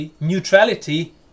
neutrality